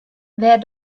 wêr